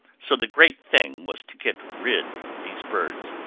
so the great thing was to get rid of these birds.